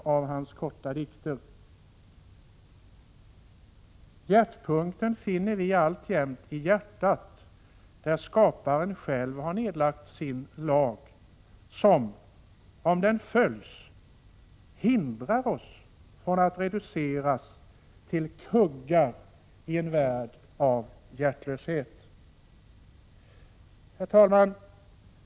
Jag citerar en av stroferna: Hjärtpunkten finner vi alltjämt i hjärtat, som, om den följs, hindrar oss från att reduceras till kuggar i en värld av hjärtlöshet. Herr talman!